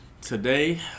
today